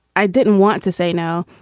i didn't want to say no.